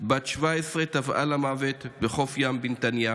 בת 17 טבעה למוות בחוף ים בנתניה.